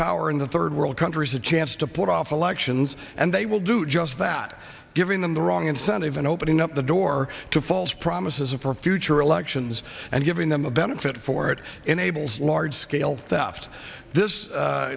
power in the third world countries a chance to put off elections and they will do just that giving them the wrong incentive and opening up the door to false promises of for future elections and giving them a benefit for it enables large scale theft this